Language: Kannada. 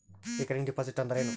ರಿಕರಿಂಗ್ ಡಿಪಾಸಿಟ್ ಅಂದರೇನು?